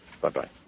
Bye-bye